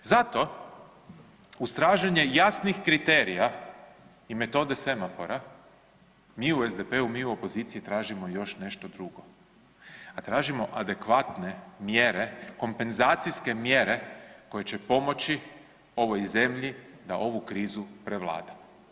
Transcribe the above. Zato uz traženje jasnih kriterija i metode semafora, mi u SDP-u, mi u opoziciji tražimo još nešto drugo, a tražimo adekvatne mjere kompenzacijske mjere koje će pomoći ovoj zemlji da ovu krizu prevlada.